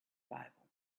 bible